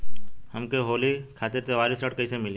हमके होली खातिर त्योहारी ऋण कइसे मीली?